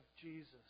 Jesus